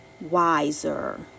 wiser